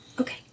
Okay